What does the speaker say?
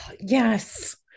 yes